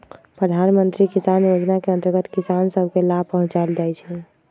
प्रधानमंत्री किसान जोजना के अंतर्गत किसान सभ के लाभ पहुंचाएल जाइ छइ